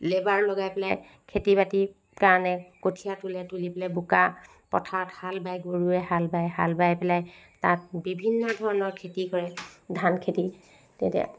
labour লগাই পেলাই খেতি বাতিৰ কাৰণে কঠীয়া তুলে তুলি পেলাই বোকা পথাৰত হাল বায় গৰুৱে হাল বায় হাল বাই পেলাই তাত বিভিন্ন ধৰণৰ খেতি কৰে ধান খেতি তেতিয়া